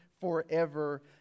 forever